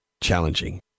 challenging